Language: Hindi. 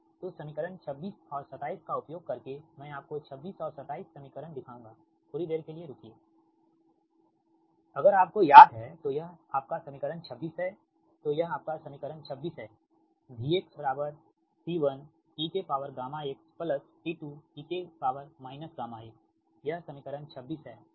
तो समीकरण 26 और 27 का उपयोग करके मैं आपको 26 और 27 समीकरण दिखाऊंगाथोड़ी देर के लिए रुकिए अगर आपको याद है तो यह आपका समीकरण 26 है तो यह आपका समीकरण 26 है V C1 eγxC2e γxयह समीकरण 26 है ठीक